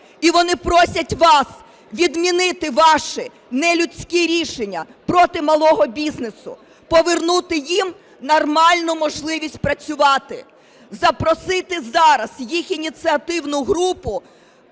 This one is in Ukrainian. і вони просять вас відмінити ваші нелюдські рішення проти малого бізнесу, повернути їм нормальну можливість працювати. Запросити зараз їх ініціативну групу